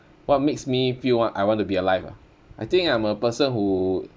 what makes me feel what I want to be alive ah I think I'm a person who